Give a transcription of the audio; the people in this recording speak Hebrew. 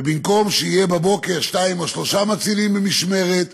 ובמקום שיהיו בבוקר שניים או שלושה מצילים במשמרת,